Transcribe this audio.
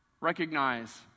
Recognize